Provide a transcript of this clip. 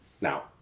now